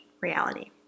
reality